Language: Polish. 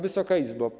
Wysoka Izbo!